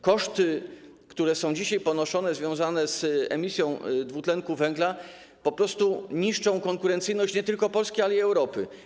Koszty, które są dzisiaj ponoszone, związane z emisją dwutlenku węgla po prostu niszczą konkurencyjność nie tylko Polski, ale i Europy.